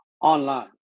online